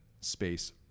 space